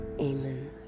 Amen